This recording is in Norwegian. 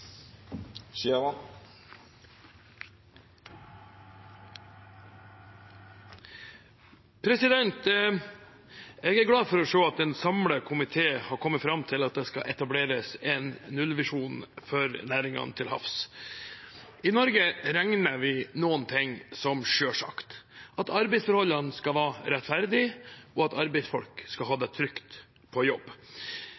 skal etableres en nullvisjon for næringene til havs. I Norge regner vi noen ting som selvsagte; at arbeidsforholdene skal være rettferdige, og at arbeidsfolk skal ha